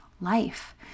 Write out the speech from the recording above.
life